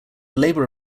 labour